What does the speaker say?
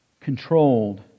controlled